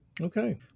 Okay